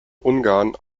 ungarn